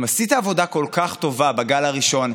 אם עשית עבודה כל כך טובה בגל הראשון,